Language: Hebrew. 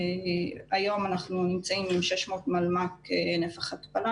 היום אנחנו נמצאים עם 600 מלמ"ק נפח התפלה